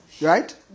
Right